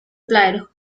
replied